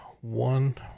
one